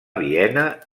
viena